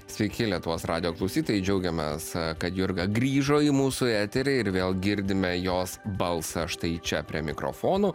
sveiki lietuvos radijo klausytojai džiaugiamės kad jurga grįžo į mūsų eterį ir vėl girdime jos balsą štai čia prie mikrofonų